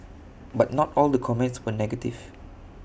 but not all the comments were negative